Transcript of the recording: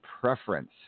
preference